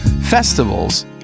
Festivals